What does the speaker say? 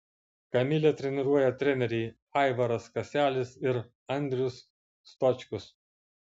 kamilę treniruoja treneriai aivaras kaselis ir andrius stočkus